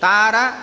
Tara